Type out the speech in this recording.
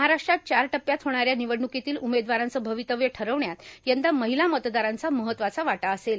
महाराष्ट्रात चार टप्प्यात होणाऱ्या र्भिवडणुकांतील उमेदवारांचं र्भावतव्य ठर्रावण्यात यंदा माहला मतदारांचा महत्वाचा वाटा असेल